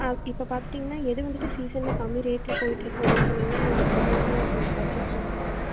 ஆ இப்போ பார்த்துட்டீங்கன்னா எது வந்துட்டு சீசனில் கம்மி ரேட்டில் போயிட்டுருக்கு அப்ப டின்னு சொன்னீங்கன்னா நாங்கள் அது வாங்குனோம்னா எங்களுக்கு கொஞ்சம் பட்ஜட்டில் முடியும்